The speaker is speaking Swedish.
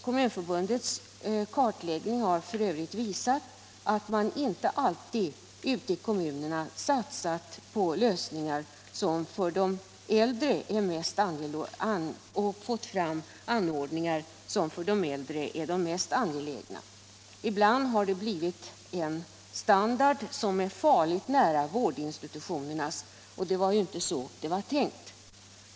Kommunförbundets kartläggning har f. ö. visat att man inte alltid ute i kommunerna satsat på och fått fram anordningar som är de mest angelägna för de äldre. Ibland har det blivit en standard som ligger farligt nära vårdinstitutionernas, och det var ju inte så det var tänkt.